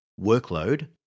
workload